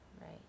Right